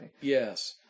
Yes